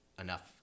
enough